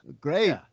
Great